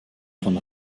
von